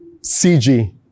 CG